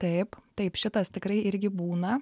taip taip šitas tikrai irgi būna